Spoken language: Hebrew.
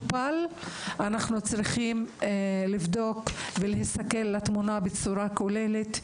צריכים להסתכל על התמונה בצורה כוללת,